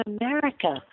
America